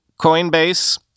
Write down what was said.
Coinbase